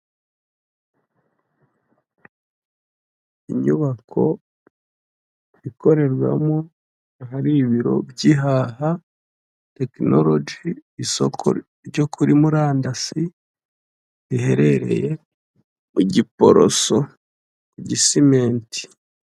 Inyubako ikorerwamo hari ibiro by'ihaha tekinorogi, isoko ryo kuri murandasi riherereye kugiporoso gisimenti.